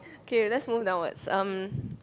okay let's move downwards um